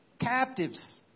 captives